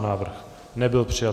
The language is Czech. Návrh nebyl přijat.